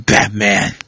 Batman